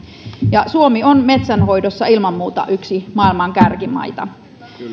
ja suomi on metsänhoidossa ilman muuta yksi maailman kärkimaita